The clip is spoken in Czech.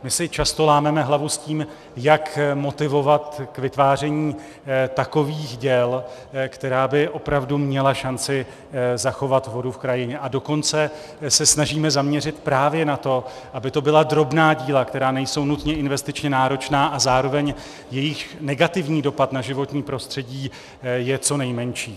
My si často lámeme hlavu s tím, jak motivovat k vytváření takových děl, která by opravdu měla šanci zachovat vodu v krajině, a dokonce se snažíme zaměřit právě na to, aby to byla drobná díla, která nejsou nutně investičně náročná, a zároveň jejich negativní dopad na životní prostředí je co nejmenší.